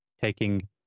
taking